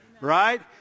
Right